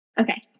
Okay